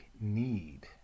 need